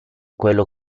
quello